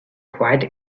quite